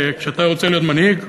כשאתה רוצה להיות מנהיג,